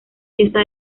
pieza